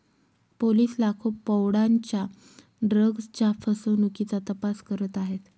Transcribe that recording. police लाखो पौंडांच्या ड्रग्जच्या फसवणुकीचा तपास करत आहेत